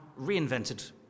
reinvented